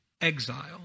exile